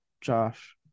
Josh